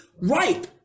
ripe